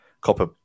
copper